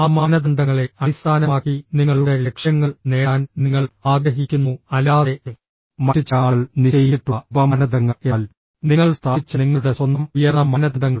ആ മാനദണ്ഡങ്ങളെ അടിസ്ഥാനമാക്കി നിങ്ങളുടെ ലക്ഷ്യങ്ങൾ നേടാൻ നിങ്ങൾ ആഗ്രഹിക്കുന്നു അല്ലാതെ മറ്റ് ചില ആളുകൾ നിശ്ചയിച്ചിട്ടുള്ള ഉപ മാനദണ്ഡങ്ങൾ എന്നാൽ നിങ്ങൾ സ്ഥാപിച്ച നിങ്ങളുടെ സ്വന്തം ഉയർന്ന മാനദണ്ഡങ്ങൾ